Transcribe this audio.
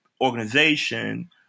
organization